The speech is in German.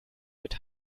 mit